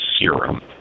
serum